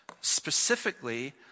specifically